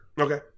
Okay